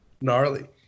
Gnarly